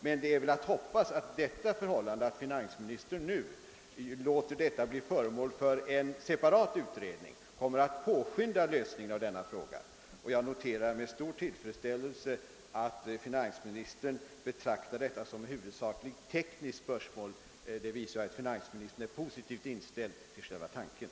Dock är det väl att hoppas, att det förhållandet att finansministern nu låter saken bli föremål för en separat utredning kommer att påskynda lösningen av denna fråga. Jag noterar med stor tillfredsställelse att finansministern betraktar detta som ett i huvudsak tekniskt spörsmål; det visar att finansministern är positivt inställd till själva tanken.